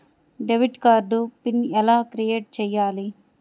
Debit card pin ఎలా create చెయ్యాలి?